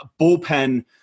bullpen